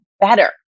better